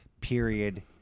period